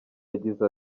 yagize